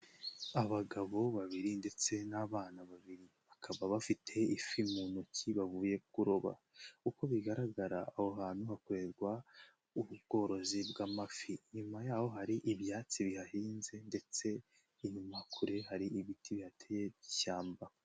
Abagabo babiri ndetse n'abana babiri, bakaba bafite ifi mu ntoki bavuye kuroba, uko bigaragara aho hantu hakorerwa ubworozi bw'amafi, inyuma yaho hari ibyatsi bihahinze ndetse inyuma kure hari ibiti bihateye by'ishyamba.